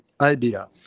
idea